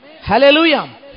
Hallelujah